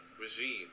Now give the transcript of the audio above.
regime